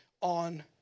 on